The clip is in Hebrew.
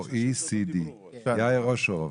יאיר אושרוב.